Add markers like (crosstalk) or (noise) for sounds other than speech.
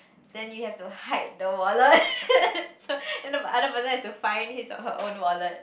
then you have to hide the wallet (laughs) then the other person has to find his or her own wallet